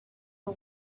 for